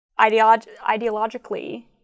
ideologically